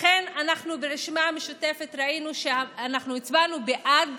לכן, אנחנו ברשימה המשותפת הצבענו בעד